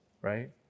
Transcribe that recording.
right